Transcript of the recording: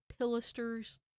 Pillisters